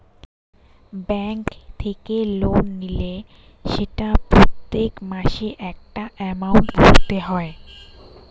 bank থেকে loan নিলে সেটা প্রত্যেক মাসে একটা এমাউন্ট ভরতে হয়